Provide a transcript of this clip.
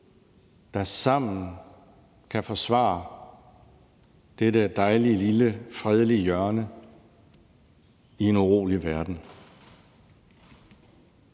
der sammen kan forsvare dette dejlige, lille, fredelige hjørne i en urolig verden.